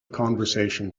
conversation